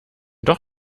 doch